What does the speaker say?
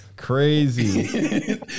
Crazy